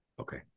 Okay